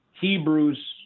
Hebrews